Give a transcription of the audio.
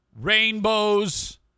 rainbows